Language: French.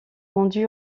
rendu